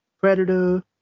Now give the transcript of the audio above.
predator